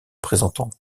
présentant